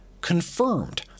confirmed